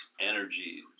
energy